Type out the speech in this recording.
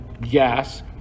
gas